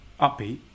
Upbeat